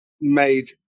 made